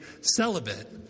celibate